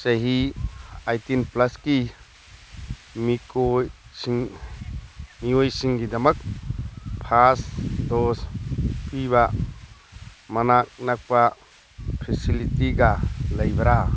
ꯆꯍꯤ ꯑꯩꯠꯇꯤꯟ ꯄ꯭ꯂꯁꯀꯤ ꯃꯤꯑꯣꯏꯁꯤꯡꯒꯤꯗꯃꯛ ꯐꯥꯁ ꯗꯣꯁ ꯄꯤꯕ ꯃꯅꯥꯛ ꯅꯛꯄ ꯐꯦꯁꯤꯂꯤꯇꯤꯒ ꯂꯩꯕ꯭ꯔꯥ